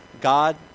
God